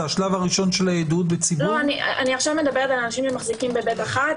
אני מדברת על אנשים שמחזיקים ב-ב'1.